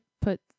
put